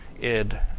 id